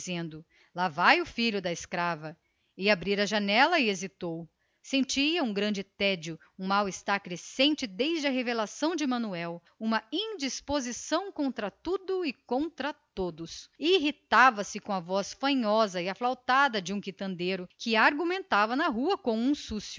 dizendo lá vai o filho da escrava ia abrir a janela e hesitou sentia um grande tédio um mal-estar crescente desde a revelação de manuel uma surda indisposição contra tudo e contra todos naquele momento irritava o por exemplo a voz aflautada de um quitandeiro que argumentava lá embaixo na rua com um